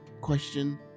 question